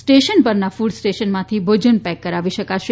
station પરનાં કૃડ સ્ટેશનમાંથી ભોજન પેક કરાવી શકાશે